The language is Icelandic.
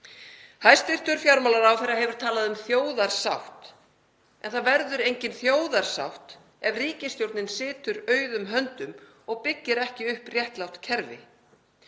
Hæstv. fjármálaráðherra hefur talað um þjóðarsátt en það verður engin þjóðarsátt ef ríkisstjórnin situr auðum höndum og byggir ekki upp réttlátt kerfi.